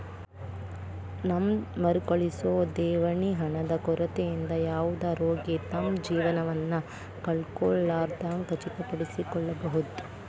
ನಿಮ್ದ್ ಮರುಕಳಿಸೊ ದೇಣಿಗಿ ಹಣದ ಕೊರತಿಯಿಂದ ಯಾವುದ ರೋಗಿ ತಮ್ದ್ ಜೇವನವನ್ನ ಕಳ್ಕೊಲಾರ್ದಂಗ್ ಖಚಿತಪಡಿಸಿಕೊಳ್ಬಹುದ್